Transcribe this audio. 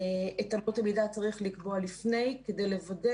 את אמות המידה צריך לקבוע לפני כדי לוודא